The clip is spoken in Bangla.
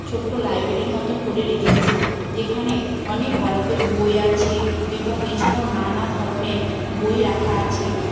ছোট্ট লাইব্রেরির মতন করে রেখেছি যেখানে অনেক গল্পের বই আছে এবং এছাড়াও নানা ধরনের বই রাখা আছে